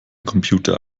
computer